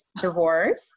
divorce